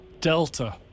Delta